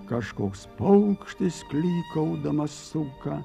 kažkoks paukštis klykaudamas suka